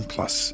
Plus